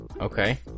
Okay